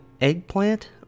eggplant